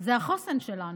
הוא החוסן שלנו.